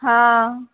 हँ